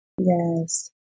yes